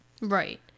Right